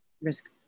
risk